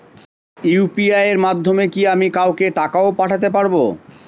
UPI এর মাধ্যমে কি আমি কাউকে টাকা ও পাঠাতে পারবো?